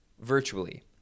virtually